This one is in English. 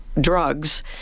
drugs